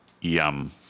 Yum